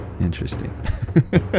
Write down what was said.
interesting